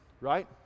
right